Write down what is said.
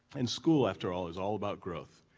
and school after all is all about growth.